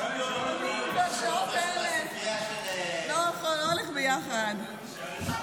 אני והשעות האלה לא הולך ביחד.